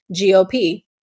GOP